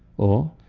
or,